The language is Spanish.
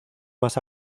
más